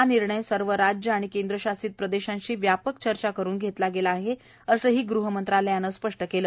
हा निर्णय सर्व राज्य आणि केंद्रशासित प्रदेशांशी व्यापक चर्चा करून घेतला गेला आहे असंही गृह मंत्रालयानं स्पष्ट केलं